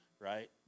right